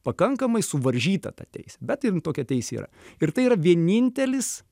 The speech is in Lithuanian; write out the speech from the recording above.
pakankamai suvaržyta ta teisė bet jin tokia teisė yra ir tai yra vienintelis